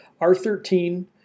R13